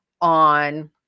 on